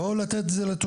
לא לתת את זה לתושבים,